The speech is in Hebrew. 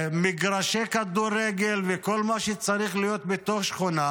מגרשי כדורגל וכל מה שצריך להיות בתוך שכונה.